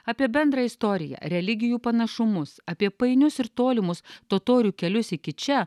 apie bendrą istoriją religijų panašumus apie painius ir tolimus totorių kelius iki čia